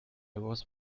was